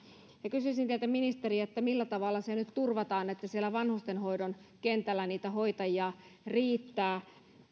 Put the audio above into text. kysyisin teiltä ministeri millä tavalla se nyt turvataan että siellä vanhustenhoidon kentällä niitä hoitajia riittää